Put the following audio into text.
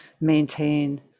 maintain